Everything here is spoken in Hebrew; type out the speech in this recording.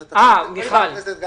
מיכל.